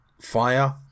fire